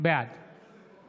בעד